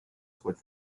shift